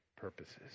purposes